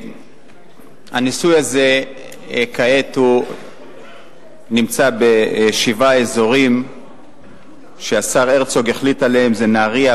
הניסוי הזה כעת נמצא בשבעה אזורים שהשר הרצוג החליט עליהם: נהרייה,